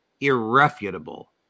irrefutable